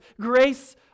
grace